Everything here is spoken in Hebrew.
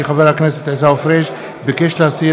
כי חברת הכנסת מיכל רוזין ביקשה להסיר